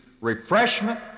refreshment